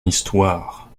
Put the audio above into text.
histoire